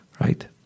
Right